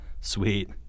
Sweet